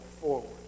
forward